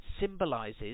symbolizes